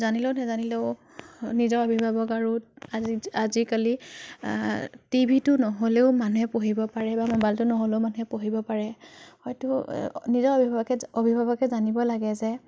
জানিলেও নাজানিলেও নিজৰ অভিভাৱক আৰু আজি আজিকালি টিভিটো নহ'লেও মানুহে পঢ়িব পাৰে বা ম'বাইলটো নহ'লেও মানুহে পঢ়িব পাৰে হয়তো নিজৰ অভিভাৱকে অভিভাৱকে জানিব লাগে যে